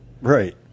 Right